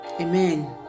Amen